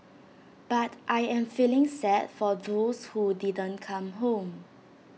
but I am feeling sad for those who didn't come home